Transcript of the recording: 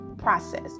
process